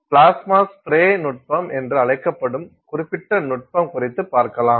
plasma spray நுட்பம் என்று அழைக்கப்படும் குறிப்பிட்ட நுட்பம் குறித்து பார்க்கலாம்